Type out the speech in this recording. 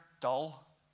dull